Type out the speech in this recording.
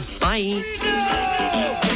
Bye